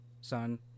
son